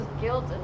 guilt